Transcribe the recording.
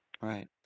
Right